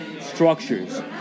structures